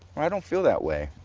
i don't feel that way,